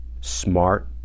smart